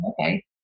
okay